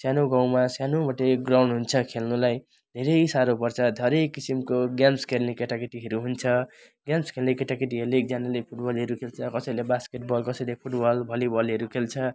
सानो गाउँमा सानोबडे ग्राउन्ड हुन्छ खेल्नुलाई धेरै साह्रो पर्छ धरै किसिमको गेम्स खेल्ने केटाकेटीहरू हुन्छ गेम्स खेल्ने केटाकेटीहरूले एकजनाले फुटबलहरू खेल्छ कसैले बास्केटबल कसैले फुटबल भलिबलहरू खेल्छ